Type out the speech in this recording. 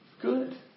good